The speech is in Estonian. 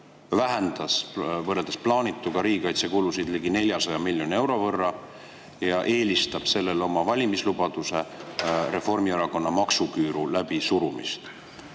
vähendas võrreldes plaanituga riigikaitsekulusid ligi 400 miljoni euro võrra ja eelistab sellele oma valimislubaduse, Reformierakonna maksuküüru läbisurumist.